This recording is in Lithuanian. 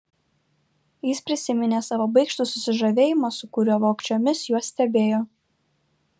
jis prisiminė savo baikštų susižavėjimą su kuriuo vogčiomis juos stebėjo